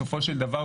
בסופו של דבר,